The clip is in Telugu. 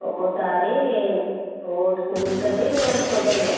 ఒక్కకసారి ఒకటి కుదురుతుంది ఒకటి కుదరదు